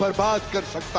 but bad could a